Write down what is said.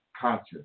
conscious